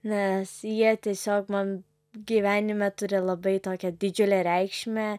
nes jie tiesiog man gyvenime turi labai tokią didžiulę reikšmę